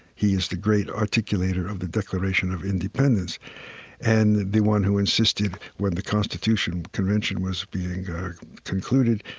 he is the great articulator of the declaration of independence and the one who insisted when the constitutional convention was being concluded,